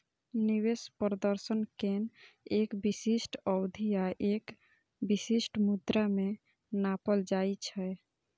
निवेश प्रदर्शन कें एक विशिष्ट अवधि आ एक विशिष्ट मुद्रा मे नापल जाइ छै